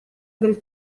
del